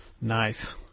Nice